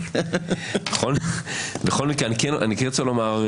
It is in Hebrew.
בכל מקרה אני כן רוצה לומר,